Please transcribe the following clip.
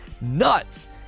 Nuts